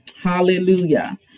Hallelujah